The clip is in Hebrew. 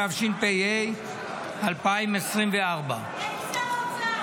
התשפ"ה 2024. איפה שר האוצר,